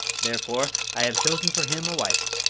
therefore, i have chosen for him a wife,